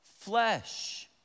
flesh